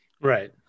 Right